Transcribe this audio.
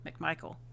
McMichael